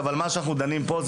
אבל הדיון שמתקיים פה כרגע ,